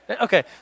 Okay